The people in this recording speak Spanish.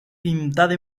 pintada